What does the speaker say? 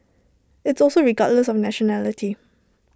it's also regardless of nationality